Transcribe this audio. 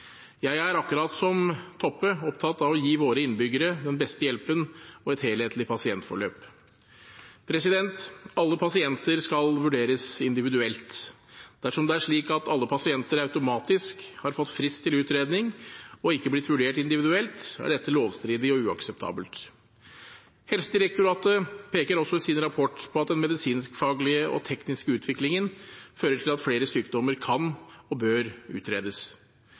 Jeg er, akkurat som Toppe, opptatt av å gi våre innbyggere den beste hjelpen og et helhetlig pasientforløp. Alle pasienter skal vurderes individuelt. Dersom det er slik at alle pasienter automatisk har fått frist til utredning, og ikke er blitt vurdert individuelt, er dette lovstridig og uakseptabelt. Helsedirektoratet peker også i sin rapport på at den medisinskfaglige og tekniske utviklingen fører til at flere sykdommer kan og bør utredes.